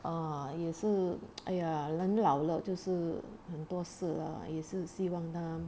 a'ah 也是 !aiya! 人老了就是很多事 lah 也是希望他